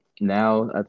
Now